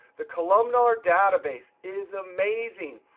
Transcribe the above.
the columnar database is amazing.